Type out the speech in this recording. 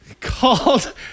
called